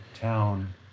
town